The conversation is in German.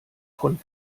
von